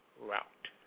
route